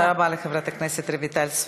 תודה רבה לחברת הכנסת רויטל סויד.